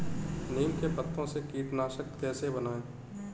नीम के पत्तों से कीटनाशक कैसे बनाएँ?